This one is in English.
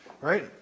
right